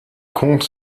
comte